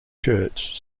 church